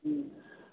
ம்